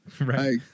Right